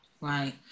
Right